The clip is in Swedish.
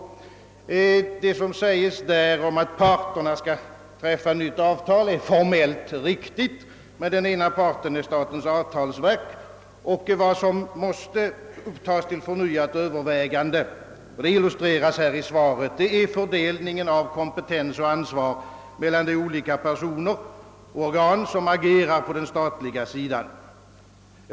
Det som i svaret sägs om att parterna skall träffa nytt avtal, är formellt riktigt; men den ena parten är statens avtalsverk, och vad som måste tas till förnyat övervägande — det illustreras alltså i svaret är fördelningen av kompetens och ansvar mellan de olika personer och organ som agerar på den statliga sidan.